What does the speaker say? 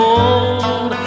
old